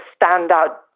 standout